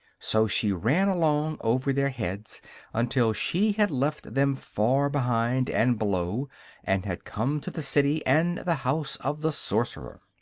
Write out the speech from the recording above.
so she ran along over their heads until she had left them far behind and below and had come to the city and the house of the sorcerer.